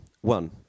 One